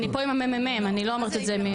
אני פה עם הממ"מ, אני לא אומרת את זה.